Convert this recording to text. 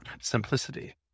simplicity